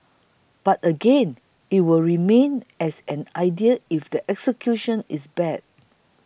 but again it will remain as an idea if the execution is bad